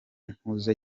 nkuze